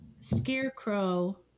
Scarecrow